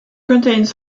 contains